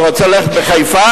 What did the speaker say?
או רוצה ללכת לחיפה,